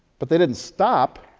but they didn't stop.